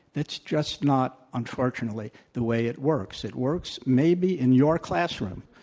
it's just not unfortunately the way it works, it works maybe in your classroom.